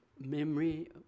memory